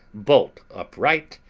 bolt upright,